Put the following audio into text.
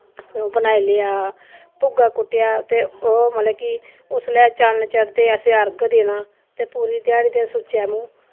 ओह् बनाई लेआ भुग्गा कुट्टेआ ते ओह् मतलब कि उसलै चन्न चढ़दे असें अर्घ देना ते पूरी ध्याड़ी ते सुच्चै मुंह